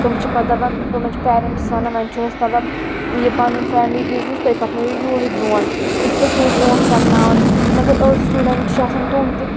تِم چھِ پَتہٕ دَپان تِمَن چھِ پیرنٹٕس وَنان وۄنۍ چھُ اَسہِ مَطلَب یہِ پَنُن فیملی بِزنِس تُہۍ پَکنٲوِو یِہوے برونٛٹھ تِم چھ پَتہٕ سُے برونٹھ پَکناوان مَگَر أڈۍ سٹوٗڈَنٛٹ چھِ آسان تِم تہِ